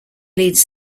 leads